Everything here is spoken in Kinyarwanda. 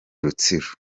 rutsiro